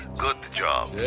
good job.